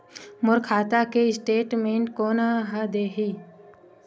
मोर खाता के स्टेटमेंट कोन ह देही?